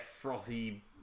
frothy